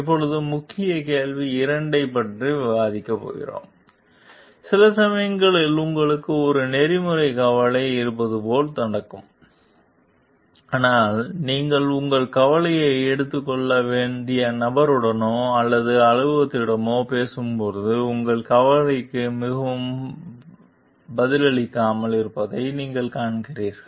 இப்போது நாம் முக்கிய கேள்வி 2 பற்றி விவாதிக்கப் போகிறோம் சில சமயங்களில் உங்களுக்கு ஒரு நெறிமுறைக் கவலை இருப்பது போல் நடக்கும் ஆனால் நீங்கள் உங்கள் கவலையை எடுத்துக் கொள்ள வேண்டிய நபருடனோ அல்லது அலுவலகத்திடமோ பேசும் போது உங்கள் கவலைகளுக்கு மிகவும் பதிலளிக்காமல் இருப்பதை நீங்கள் காண்கிறீர்கள்